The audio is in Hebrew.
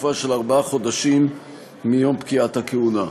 תקופה של ארבעה חודשים מיום פקיעת הכהונה.